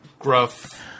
Gruff